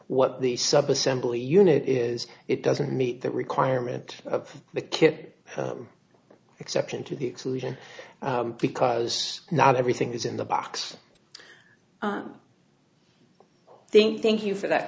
what the subassembly unit is it doesn't meet the requirement of the kit exception to the exclusion because not everything is in the box i think thank you for that